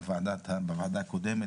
בוועדה הקודמת,